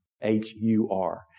H-U-R